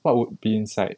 what would be inside